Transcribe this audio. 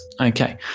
okay